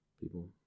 people